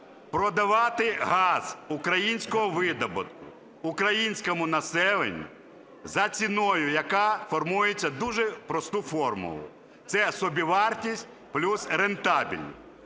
продавати газ українського видобутку українському населенню за ціною, яка формується в дуже просту формулу – це собівартість плюс рентабельність.